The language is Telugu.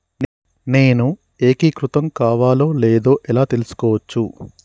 నేను ఏకీకృతం కావాలో లేదో ఎలా తెలుసుకోవచ్చు?